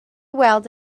weld